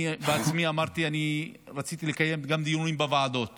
אני רציתי לקיים גם דיונים בוועדות